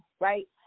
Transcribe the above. right